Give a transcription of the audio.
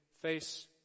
face